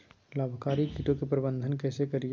लाभकारी कीटों के प्रबंधन कैसे करीये?